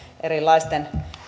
erilaisten